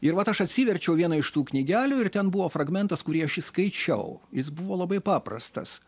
ir vat aš atsiverčiau vieną iš tų knygelių ir ten buvo fragmentas kurį aš išskaičiau jis buvo labai paprastas